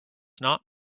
not